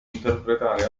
interpretare